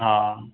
हा